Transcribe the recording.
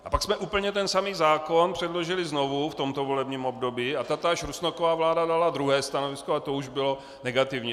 A pak jsme úplně ten samý zákon předložili znovu v tomto volebním období a tatáž Rusnokova vláda dala druhé stanovisko a to už bylo negativní.